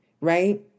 right